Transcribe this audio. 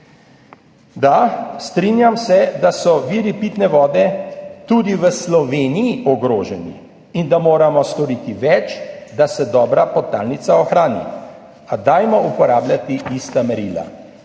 Da, strinjam se, da so viri pitne vode tudi v Sloveniji ogroženi in da moramo storiti več, da se dobra podtalnica ohrani, a uporabljajmo ista merila.